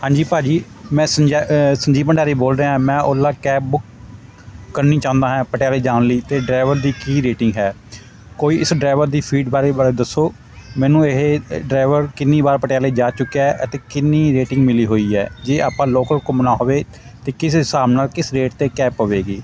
ਹਾਂਜੀ ਭਾਅ ਜੀ ਮੈਂ ਸੰਜੈ ਸੰਜੀਵ ਭੰਡਾਰੀ ਬੋਲ ਰਿਹਾ ਮੈਂ ਓਲਾ ਕੈਬ ਬੁੱਕ ਕਰਨੀ ਚਾਹੁੰਦਾ ਹਾਂ ਪਟਿਆਲੇ ਜਾਣ ਲਈ ਅਤੇ ਡਰਾਈਵਰ ਦੀ ਕੀ ਰੇਟਿੰਗ ਹੈ ਕੋਈ ਇਸ ਡਰਾਈਵਰ ਦੀ ਫੀਡ ਬਾਰੇ ਬ ਦੱਸੋ ਮੈਨੂੰ ਇਹ ਡਰਾਈਵਰ ਕਿੰਨੀ ਵਾਰ ਪਟਿਆਲੇ ਜਾ ਚੁੱਕਿਆ ਹੈ ਅਤੇ ਕਿੰਨੀ ਰੇਟਿੰਗ ਮਿਲੀ ਹੋਈ ਹੈ ਜੇ ਆਪਾਂ ਲੋਕਲ ਘੁੰਮਣਾ ਹੋਵੇ ਤਾਂ ਕਿਸ ਹਿਸਾਬ ਨਾਲ ਕਿਸ ਰੇਟ 'ਤੇ ਕੈਬ ਪਵੇਗੀ